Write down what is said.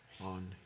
on